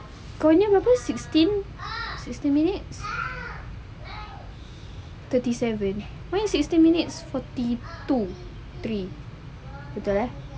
kau punya berapa sixteen sixteen minutes thirty seven when sixteen minutes forty two three betul ya